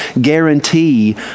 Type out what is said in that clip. guarantee